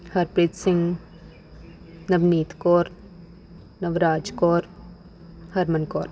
Harpreet Singh Navneet Kaur Navraj Kaur Harman Kaur